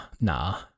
nah